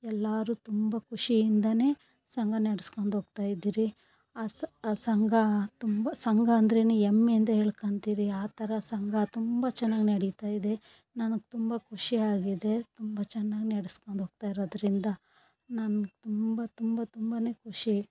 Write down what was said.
ಎಲ್ಲರು ತುಂಬ ಖುಷಿಯಿಂದ ಸಂಘ ನಡ್ಸ್ಕೊಂಡು ಹೋಗ್ತಾಯಿದ್ದಿರಿ ಆ ಸಹ ಆ ಸಂಘ ತುಂಬ ಸಂಘ ಅಂದ್ರೇ ಹೆಮ್ಮೆಯಿಂದ ಹೇಳ್ಕಂತಿರಿ ಆ ಥರ ಸಂಘ ತುಂಬ ಚೆನ್ನಾಗ್ ನಡಿತಾಯಿದೆ ನನಗೆ ತುಂಬ ಖುಷಿ ಆಗಿದೆ ತುಂಬ ಚೆನ್ನಾಗ್ ನಡೆಸ್ಕೊಂಡ್ ಹೋಗ್ತಾಯಿರೋದ್ರಿಂದ ನನ್ಗೆ ತುಂಬ ತುಂಬ ತುಂಬ ಖುಷಿ